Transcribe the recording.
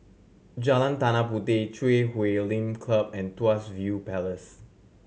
Jalan Tanah Puteh Chui Huay Lim Club and Tuas View Palace